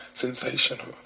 sensational